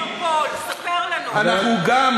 ספר לנו מי נותן מונופול.